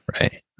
right